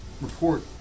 report